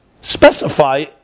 specify